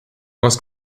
must